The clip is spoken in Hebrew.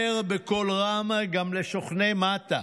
אומר בקול רם גם לשוכני מטה: